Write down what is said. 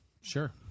Sure